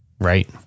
Right